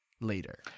later